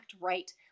right